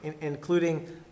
including